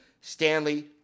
Stanley